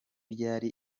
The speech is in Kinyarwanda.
ryari